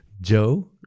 Joe